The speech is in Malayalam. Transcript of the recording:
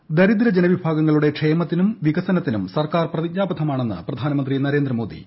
വൈ ദരിദ്രവിഭാഗങ്ങളുടെ ക്ഷേമത്തിനും വികസനത്തിനും സർക്കാർ പ്രതിജ്ഞാബദ്ധമാണെന്ന് പ്രധാനമന്ത്രി നരേന്ദ്ര മോദി